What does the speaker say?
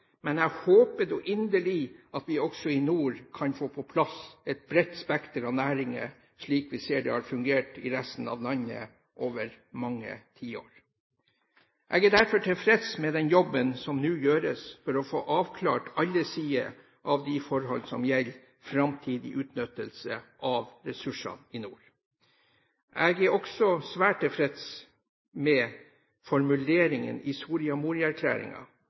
men jeg håper jo inderlig at vi også i nord kan få på plass et bredt spekter av næringer, slik vi ser det har fungert i resten av landet over mange tiår. Jeg er derfor tilfreds med den jobben som nå gjøres for å få avklart alle sider ved de forhold som gjelder framtidig utnyttelse av ressursene i nord. Jeg er også svært tilfreds med formuleringen i